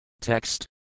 Text